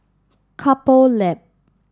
Couple Lab